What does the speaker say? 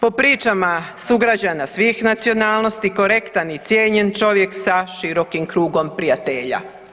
Po pričama sugrađana svih nacionalnosti korektan i cijenjen čovjek sa širokim krugom prijatelja.